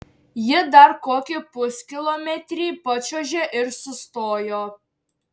ji dar kokį puskilometrį pačiuožė ir sustojo